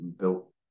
built